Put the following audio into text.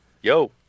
Yo